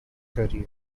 career